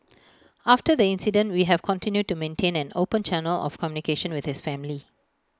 after the incident we have continued to maintain an open channel of communication with his family